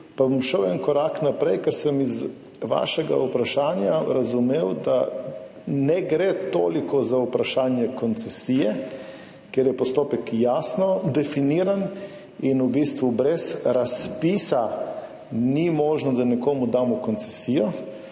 Pa bom šel en korak naprej, ker sem iz vašega vprašanja razumel, da ne gre toliko za vprašanje koncesije, kjer je postopek jasno definiran in v bistvu brez razpisa ni možno, da nekomu damo koncesijo.